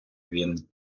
він